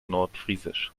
nordfriesisch